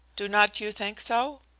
do not you think so?